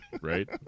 right